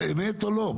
אמת או לא?